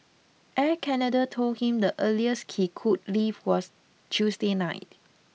Air Canada told him the earliest he could leave was Tuesday night